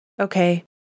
Okay